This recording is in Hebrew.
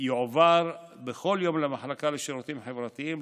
יועבר בכל יום למחלקה לשירותים חברתיים,